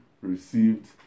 received